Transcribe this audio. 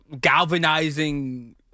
galvanizing